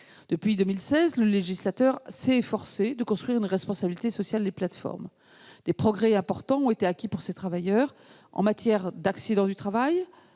Depuis 2016, le législateur s'est efforcé de construire la responsabilité sociale des plateformes. Des progrès importants ont été acquis pour ces travailleurs, en matière d'accident du travail,